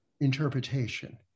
interpretation